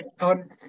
on